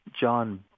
John